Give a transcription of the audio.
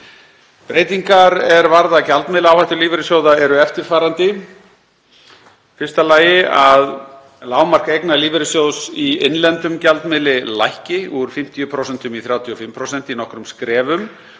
Breytingar er varða gjaldmiðlaáhættu lífeyrissjóða eru eftirfarandi: 1. Að lágmark eigna lífeyrissjóðs í innlendum gjaldmiðli lækki úr 50% í 35% í nokkrum skrefum